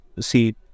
see